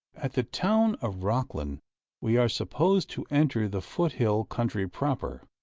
at the town of rocklin we are supposed to enter the foot-hill country proper.